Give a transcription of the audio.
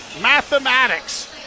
mathematics